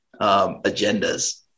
agendas